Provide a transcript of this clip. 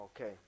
Okay